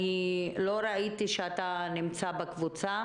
לא ראיתי שאתה נמצא בקבוצה.